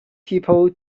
people